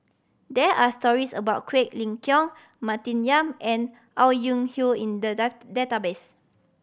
there are stories about Quek Ling Kiong Martin Yan and Au Ying in the database